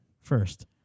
first